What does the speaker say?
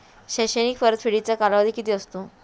शैक्षणिक परतफेडीचा कालावधी किती असतो?